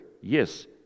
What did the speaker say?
yes